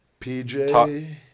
PJ